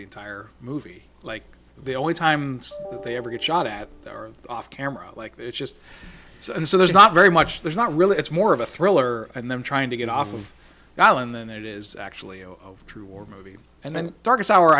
the entire movie like the only time they ever get shot at or off camera like that it's just so and so there's not very much there's not really it's more of a thriller and them trying to get off of the island than it is actually a true war movie and then darkest hour